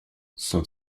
son